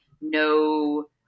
no